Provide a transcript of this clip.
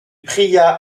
pria